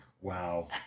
Wow